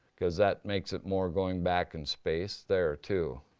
cause that makes it more going back in space. there too.